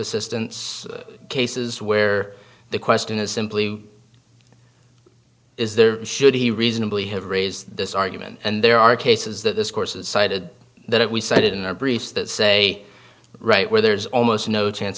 assistance cases where the question is simply is there should he reasonably have raised this argument and there are cases that this course is cited that we said in our briefs that say right where there's almost no chance